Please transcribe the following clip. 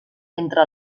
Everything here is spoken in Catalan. entre